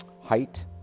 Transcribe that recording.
height